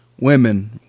women